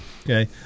okay